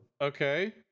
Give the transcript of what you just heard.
Okay